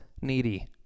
needy